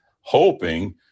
hoping